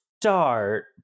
start